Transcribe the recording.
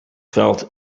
felt